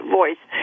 voice